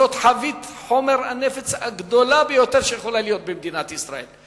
זאת חבית חומר הנפץ הגדולה ביותר שיכולה להיות במדינת ישראל.